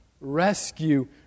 Rescue